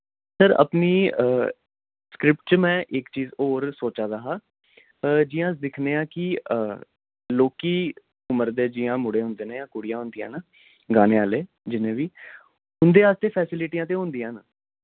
sir अपनी script च में इक चीज होर सोचा दा हा जि'यां अस दिक्खने आं कि लौह्की उमर दे जि'यां मुड़े होंदे न कुड़ियां होंदियां न गाने आह्ले जिन्ने बी उं'दे आस्तौ फैसिलिटियां ते होंदियां न